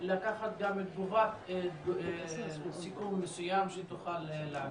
לקחת גם תגובה לסיכום מסוים שתוכל לתת.